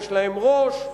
יש להם ראש,